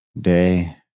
day